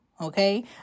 okay